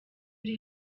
uri